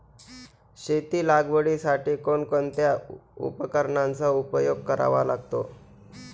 शेती लागवडीसाठी कोणकोणत्या उपकरणांचा उपयोग करावा लागतो?